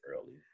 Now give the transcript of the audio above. early